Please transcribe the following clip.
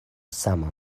sama